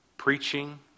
Preaching